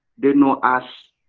they know us,